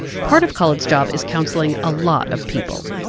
part of khalid's job is counseling a lot of people.